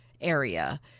area